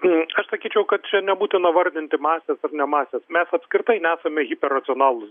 tai aš sakyčiau kad čia nebūtina vardinti masės ar ne masės mes apskritai nesame hirperracionalūs